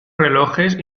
relojes